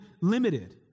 limited